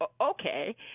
okay